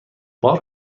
بار